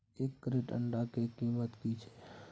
एक क्रेट अंडा के कीमत की छै?